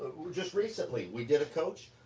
just recently we did a coach,